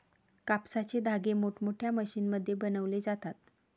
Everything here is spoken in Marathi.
कापसाचे धागे मोठमोठ्या मशीनमध्ये बनवले जातात